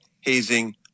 hazing